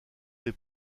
des